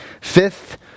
Fifth